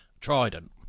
Trident